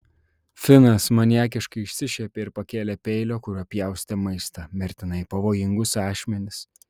finas maniakiškai išsišiepė ir pakėlė peilio kuriuo pjaustė maistą mirtinai pavojingus ašmenis